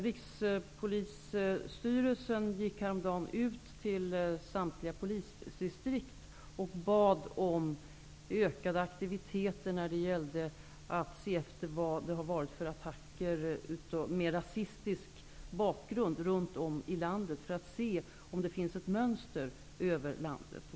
Rikspolisstyrelsen gick häromdagen till samtliga polisdistrikt ut med en uppmaning om ökad aktivitet för att utröna vilka attacker med mer rasistisk bakgrund som har förekommit, för att se om det finns något mönster över landet.